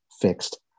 fixed